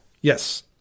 Yes